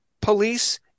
police